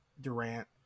Durant